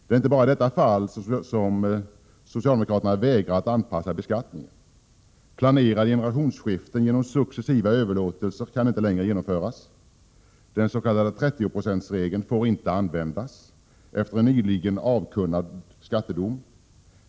Det är inte bara i detta fall som socialdemokraterna vägrar att anpassa beskattningen. Planerade generationsskiften genom successiva överlåtelser kan inte längre genomföras. Den s.k. 30-procentsregeln får inte användas, efter en nyligen avkunnad skattedom.